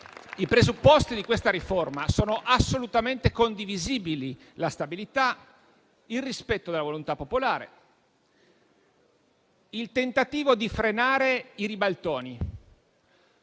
I presupposti di questa riforma, signor Presidente, sono assolutamente condivisibili: la stabilità, il rispetto della volontà popolare e il tentativo di frenare i ribaltoni.